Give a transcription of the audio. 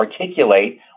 articulate